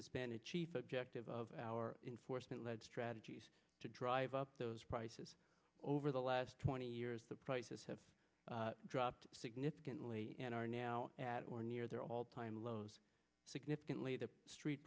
a chief objective of our enforcement led strategies to drive up those prices over the last twenty years the prices have dropped significantly and are now at or near their all time lows significantly the street